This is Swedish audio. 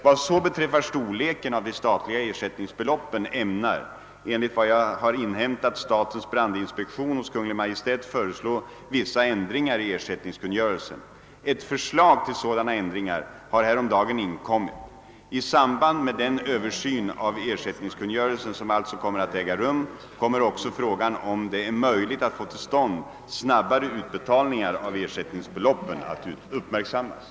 Vad så beträffar storleken av de statliga ersättningsbeloppen ämnar, enligt vad jag har inhämtat, statens brandinspektion hos Kungl. Maj:t föreslå vissa ändringar i ersättningskungörelsen. Ett förslag till sådana ändringar har häromdagen inkommit. I samband med den översyn av ersättningskungörelsen som alltså skall äga rum kommer också frågan om det är möjligt att få till stånd snabbare utbetalningar av ersättningsbeloppen att uppmärksammas.